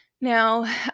Now